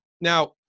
Now